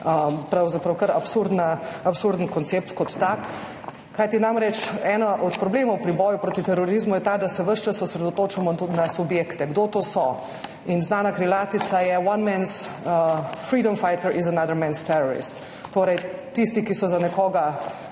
pravzaprav kar absurden koncept kot tak, kajti eden od problemov pri boju proti terorizmu je ta, da se ves čas osredotočamo tudi na subjekte, kdo to so – je že desetletja znana krilatica ali rek One man's freedom fighter is another man's terrorist. Torej: tisti, ki so za nekoga